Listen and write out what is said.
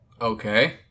Okay